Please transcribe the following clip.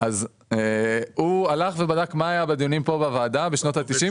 אז הוא הלך ובדק מה היה פה בדיונים פה בוועדה בשנות ה-90,